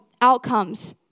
outcomes